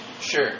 Sure